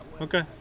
Okay